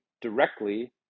directly